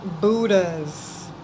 buddhas